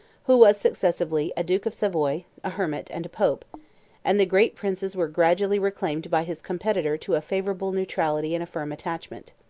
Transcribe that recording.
who was successively a duke of savoy, a hermit, and a pope and the great princes were gradually reclaimed by his competitor to a favorable neutrality and a firm attachment.